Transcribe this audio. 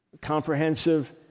comprehensive